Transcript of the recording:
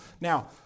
Now